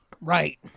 Right